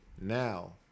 Now